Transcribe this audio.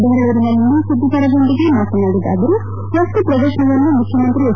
ಬೆಂಗಳೂರಿನಲ್ಲಿಂದು ಸುದ್ಗಿಗಾರರೊಂದಿಗೆ ಮಾತನಾಡಿದ ಅವರು ವಸ್ತು ಶ್ರದರ್ಶನವನ್ನು ಮುಖ್ಯಮಂತ್ರಿ ಎಚ್